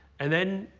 and then.